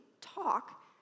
talk